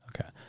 Okay